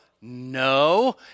no